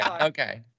okay